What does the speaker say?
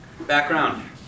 Background